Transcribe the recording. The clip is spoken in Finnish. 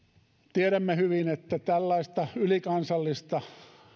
tiedämme hyvin että tällaista ylikansallista